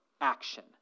action